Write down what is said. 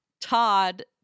Todd